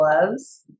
gloves